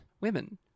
women